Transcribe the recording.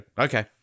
okay